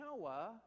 Noah